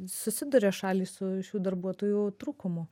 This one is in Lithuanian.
susiduria šalys su šių darbuotojų trūkumu